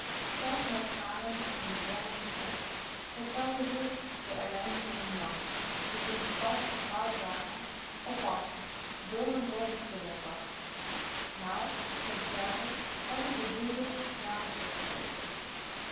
soms met tranen en bedwongen gesnik vertelde ze de ellende van n man die toe ze pas getrouwd waren oppassend door en door fatsoenlijk was nou sinds jaren wàt ie verdiende naar de